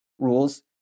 Rules